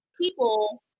people